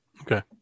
Okay